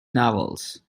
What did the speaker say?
novels